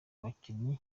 abakinnyi